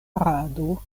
rado